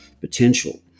potential